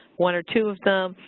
one or two of them,